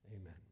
Amen